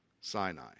Sinai